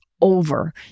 over